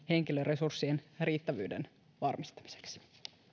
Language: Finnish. henkilöresurssien riittävyyden varmistamiseksi